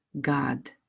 God